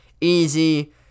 Easy